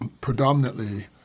predominantly